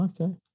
Okay